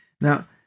Now